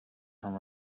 from